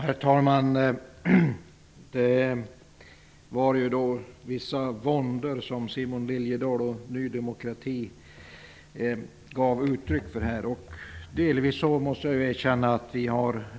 Herr talman! Simon Liliedahl från Ny demokrati gav uttryck för vissa våndor. Jag måste erkänna att